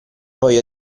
voglia